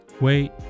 wait